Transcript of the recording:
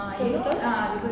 betul betul